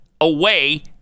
away